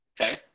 Okay